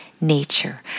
nature